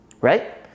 right